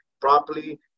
properly